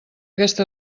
aquest